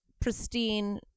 pristine